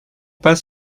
pas